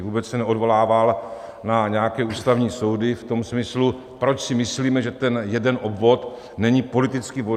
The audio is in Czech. Vůbec se neodvolával na nějaké ústavní soudy v tom smyslu, proč si myslíme, že ten jeden obvod není politicky vhodný.